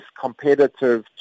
competitive